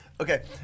Okay